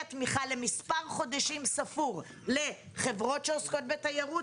התמיכה למספר חודשים ספור לחברות שעוסקות בתיירות,